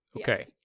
okay